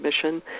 commission